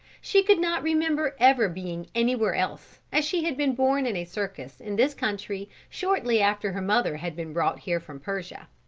she could not remember ever being anywhere else, as she had been born in a circus in this country shortly after her mother had been brought here from persia.